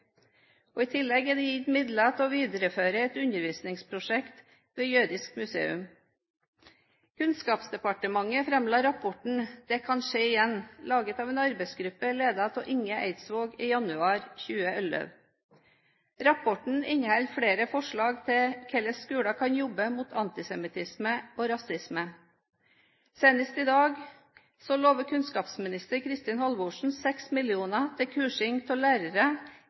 Norge. I tillegg er det gitt midler til å videreføre et undervisningsprosjekt ved Jødisk museum. Kunnskapsdepartementet framla rapporten «Det kan skje igjen», laget av en arbeidsgruppe ledet av Inge Eidsvåg, i januar 2011. Rapporten inneholder flere forslag til hvordan skolen kan jobbe mot antisemittisme og rasisme. Senest i dag lovte kunnskapsminister Kristin Halvorsen 6 mill. kr til kursing av lærere